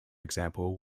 example